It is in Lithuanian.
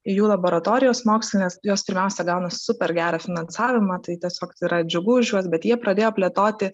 jų laboratorijos mokslinės jos pirmiausia gauna super gerą finansavimą tai tiesiog yra džiugu už juos bet jie pradėjo plėtoti